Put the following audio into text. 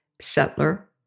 settler